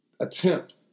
attempt